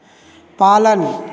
पालन